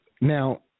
Now